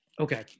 okay